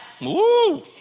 Woo